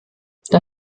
der